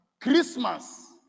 Christmas